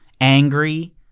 angry